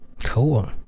Cool